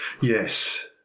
Yes